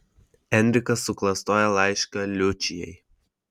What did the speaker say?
enrikas suklastoja laišką liučijai